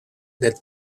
del